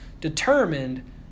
determined